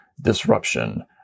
disruption